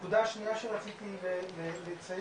הנקודה השנייה שרציתי לציין,